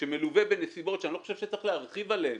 שמלווה בנסיבות שאני לא חושב שצריך להרחיב עליהן,